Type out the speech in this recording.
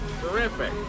Terrific